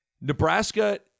Nebraska